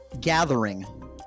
Gathering